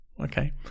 okay